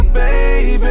baby